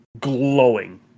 glowing